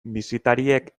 bisitariek